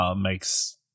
makes